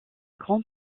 grand